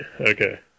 Okay